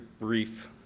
brief